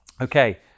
Okay